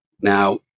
Now